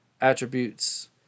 attributes